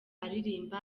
aririmba